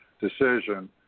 decision